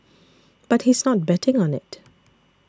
but he's not betting on it